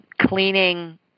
cleaning